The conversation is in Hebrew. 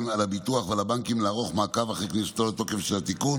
לביטוח ולבנקים לערוך מעקב אחרי כניסתו לתוקף של התיקון